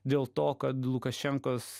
dėl to kad lukašenkos